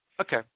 Okay